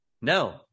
No